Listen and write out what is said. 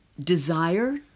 desire